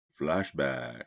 Flashback